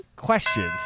question